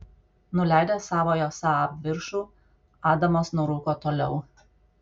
nuleidęs savojo saab viršų adamas nurūko toliau